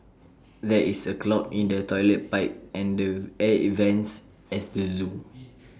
there is A clog in the Toilet Pipe and the air events as the Zoo